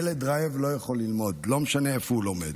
ילד רעב לא יכול ללמוד, לא משנה איפה הוא לומד.